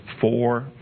four